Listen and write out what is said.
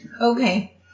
Okay